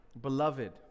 Beloved